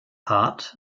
hart